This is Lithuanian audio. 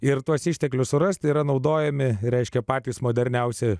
ir tuos išteklius surasti yra naudojami reiškia patys moderniausi